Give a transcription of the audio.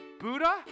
Buddha